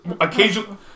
Occasionally